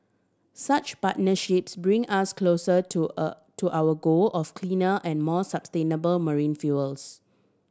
such partnerships bring us closer to a to our goal of cleaner and more sustainable marine fuels